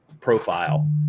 profile